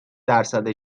درصد